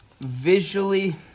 visually